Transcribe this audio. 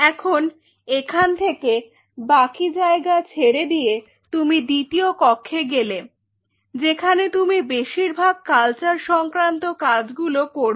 এখন এখান থেকে বাকি জায়গা ছেড়ে দিয়ে তুমি দ্বিতীয় কক্ষে গেলে যেখানে তুমি বেশিরভাগ কালচার সংক্রান্ত কাজগুলো করবে